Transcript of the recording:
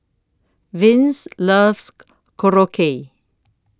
Vince loves Korokke